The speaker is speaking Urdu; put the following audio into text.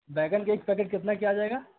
بیگن کے ایک پیکٹ کتنے کی آ جائے گا